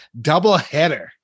Doubleheader